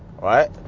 right